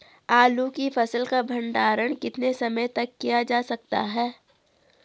आलू की फसल का भंडारण कितने समय तक किया जा सकता है?